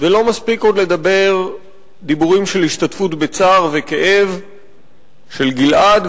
ולא מספיק עוד לדבר דיבורים של השתתפות בצער ובכאב של גלעד,